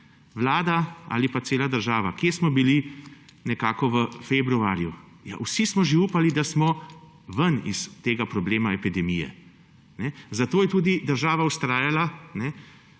Vlada ali pa cela država, kje smo bili nekako v februarju? Ja, vsi smo že upali, da smo ven iz epidemije. Zato je tudi država vztrajala